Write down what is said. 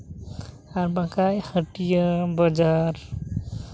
ᱟᱨ ᱵᱟᱝᱠᱷᱟᱱ ᱦᱟᱹᱴᱤᱭᱟᱹ ᱵᱟᱡᱟᱨ